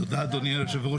תודה אדוני יושב הראש.